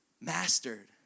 mastered